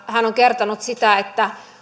hän on kertonut sitä